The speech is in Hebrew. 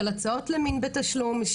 של הצעות למין בתשלום,